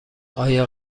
آیا